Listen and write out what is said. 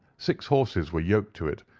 six horses were yoked to it,